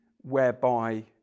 whereby